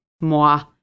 moi